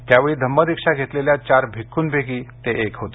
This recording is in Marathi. त्यावेळी धम्म दीक्षा घेतलेल्या चार भिक्खुपैकी हे एक होते